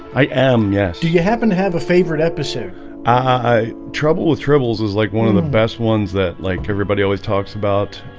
i am yes. do you happen to have a favorite episode i? trouble with tribbles is like one of the best ones that like everybody always talks about